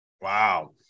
Wow